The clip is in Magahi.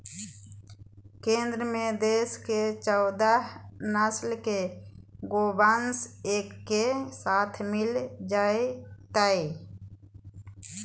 केंद्र में देश के चौदह नस्ल के गोवंश एके साथ मिल जयतय